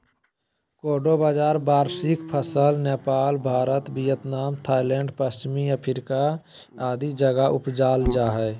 कोडो बाजरा वार्षिक फसल नेपाल, भारत, वियतनाम, थाईलैंड, पश्चिम अफ्रीका आदि जगह उपजाल जा हइ